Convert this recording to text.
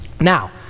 Now